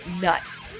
nuts